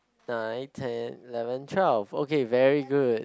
nine ten eleven twelve okay very good